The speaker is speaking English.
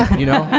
you know,